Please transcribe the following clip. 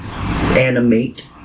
animate